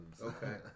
Okay